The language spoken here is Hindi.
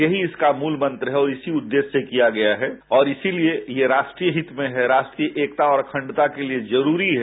यही इसका मूल मंत्र है और इसी उद्देश्य से किया गया है और इसी लिए राष्ट्रीय हित में है राष्ट्रीय एकता और अखंडता के लिए जरूरी है